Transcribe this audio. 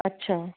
अच्छा